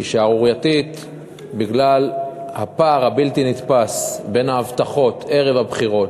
היא שערורייתית בגלל הפער הבלתי-נתפס בין ההבטחות ערב הבחירות,